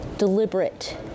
deliberate